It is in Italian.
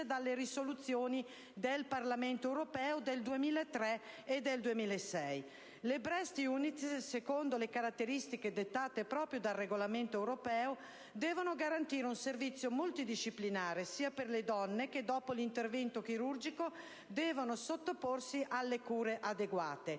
dalle risoluzioni del Parlamento europeo del 2003 e del 2006. Le *Breast Units*, secondo le caratteristiche dettate dal regolamento europeo, devono garantire un servizio multidisciplinare sia alle donne che dopo l'intervento chirurgico devono sottoporsi alle cure adeguate,